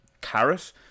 Carrot